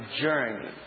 journey